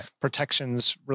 protections